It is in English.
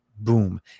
boom